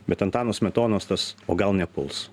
bet antano smetonos tas o gal nepuls